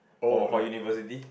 for more university